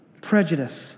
prejudice